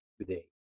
today